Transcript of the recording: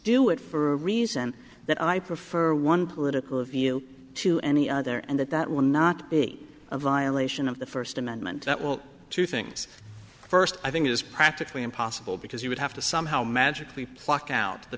do it for a reason that i prefer one political view to any other and that that would not be a violation of the first amendment that well two things first i think it is practically impossible because you would have to somehow magically pluck out the